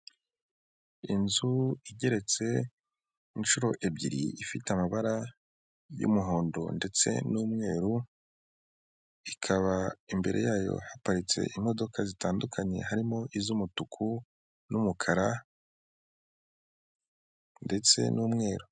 Inzu igeretse inshuro ebyiri ifite amabara y'umuhondo ndetse n'umweru ikaba imbere yayo haparitse imodoka zitandukanye harimo iz'umutuku n'umukara ndetse n'umweru.